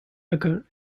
occur